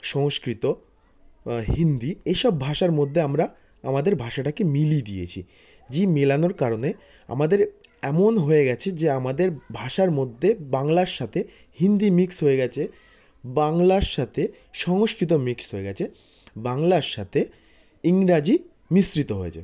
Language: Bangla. সংস্কৃত হিন্দি এসব ভাষার মধ্যে আমরা আমাদের ভাষাটাকে মিলিয়ে দিয়েছি যে মেলানোর কারণে আমাদের এমন হয়ে গিয়েছে যে আমাদের ভাষার মধ্যে বাংলার সাথে হিন্দি মিক্স হয়ে গিয়েছে বাংলার সাথে সংস্কৃত মিক্স হয়ে গিয়েছে বাংলার সাথে ইংরাজি মিশ্রিত হয়েছে